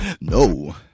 no